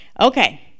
Okay